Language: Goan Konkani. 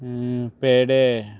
पेडे